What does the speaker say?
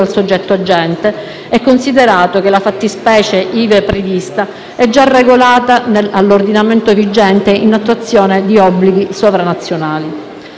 dal soggetto agente, e considerato che la fattispecie ivi prevista è già regolata nell'ordinamento vigente, in attuazione di obblighi sovranazionali.